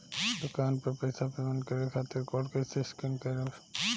दूकान पर पैसा पेमेंट करे खातिर कोड कैसे स्कैन करेम?